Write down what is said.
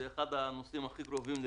זה אחד הנושאים הכי קרובים לליבי,